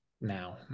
now